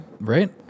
Right